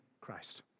Christ